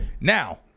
Now